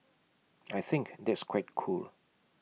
I think that's quite cool